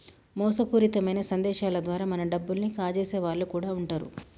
మోసపూరితమైన సందేశాల ద్వారా మన డబ్బుల్ని కాజేసే వాళ్ళు కూడా వుంటరు